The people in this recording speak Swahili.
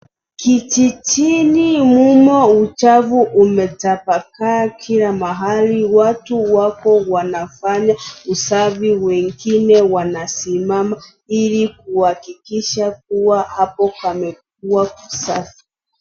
Kijijini mumo uchafu umetapakaa kila mahali watu wako wanafanya usafi. Wengine wanasimama ili kuhakikisha kuwa hapo pamekuwa kusafi.